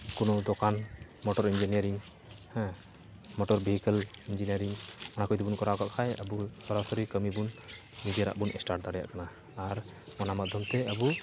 ᱠᱳᱱᱳ ᱫᱳᱠᱟᱱ motor engineering motor vehicle engineering ᱱᱚᱣᱟᱠᱚ ᱡᱚᱫᱤᱵᱚ ᱠᱚᱨᱟᱣᱠᱟᱜ ᱠᱷᱟᱱ ᱟᱵᱚ ᱥᱚᱨᱟᱥᱚᱨᱤ ᱠᱟᱹᱢᱤᱵᱚᱱ ᱱᱤᱡᱮᱨᱟᱜ ᱮᱥᱴᱟᱴ ᱫᱟᱲᱮᱭᱟᱜ ᱠᱟᱱᱟ ᱟᱨ ᱚᱱᱟ ᱢᱟᱫᱽᱫᱷᱚᱢᱛᱮ ᱟᱵᱚ